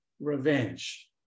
revenge